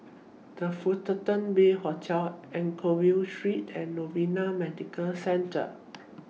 The Fullerton Bay Hotel Anchorvale Street and Novena Medical Centre